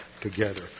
together